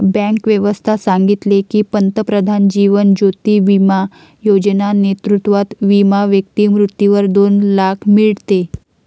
bank व्यवस्था सांगितले की, पंतप्रधान जीवन ज्योती बिमा योजना नेतृत्वात विमा व्यक्ती मृत्यूवर दोन लाख मीडते